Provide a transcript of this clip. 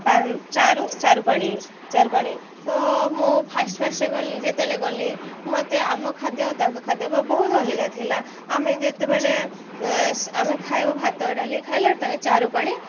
ଚାରୁ ଚାରୁ ପାାଣି ଚାରୁି ପାଣି ତ ମୁଁ ଫାର୍ଷ୍ଟ ଫାର୍ଷ୍ଟ ଗଲି ଯେତେବେଳେ ଗଲି ମତେ ଆମ ଖାଦ୍ୟ ଆଉ ତାଙ୍କ ଖାଦ୍ୟ ବହୁତ ଅଲଗା ଥିଲା ଆମେ ଯେତେବେଳେ ଆମେ ଖାଇବ ଭାତ ଡ଼ାଲି ଖାଇଲେ ତାଙ୍କ ଚାରୁ ପାଣି